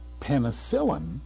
Penicillin